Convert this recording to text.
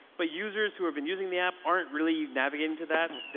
but users who have been using the app aren't really navigating to that.